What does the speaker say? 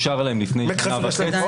אושר להן לפני שנה וחצי.